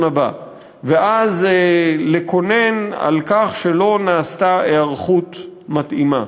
הבא ואז לקונן שלא הייתה היערכות מתאימה.